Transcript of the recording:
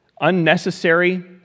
unnecessary